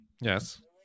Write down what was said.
Yes